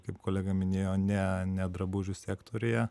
kaip kolega minėjo ne ne drabužių sektoriuje